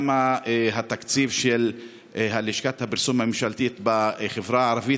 מה התקציב של לשכת הפרסום הממשלתית בחברה הערבית,